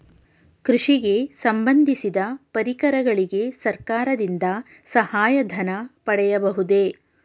ಕೃಷಿಗೆ ಸಂಬಂದಿಸಿದ ಪರಿಕರಗಳಿಗೆ ಸರ್ಕಾರದಿಂದ ಸಹಾಯ ಧನ ಪಡೆಯಬಹುದೇ?